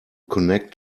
connect